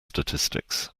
statistics